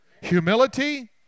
Humility